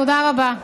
תודה רבה.